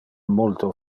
multo